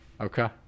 Okay